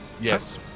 Yes